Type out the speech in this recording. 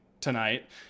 tonight